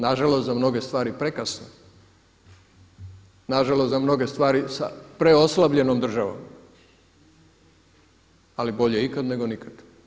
Nažalost za mnoge stvari prekasno, nažalost za mnoge stvari sa preoslabljenom državom ali bolje ikad nego nikad.